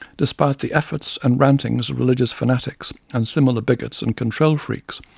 despite the efforts and rantings of religious fanatics and similar bigots and control freaks,